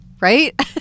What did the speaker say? Right